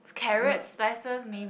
carrot slices maybe